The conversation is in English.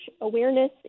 awareness